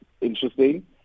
interesting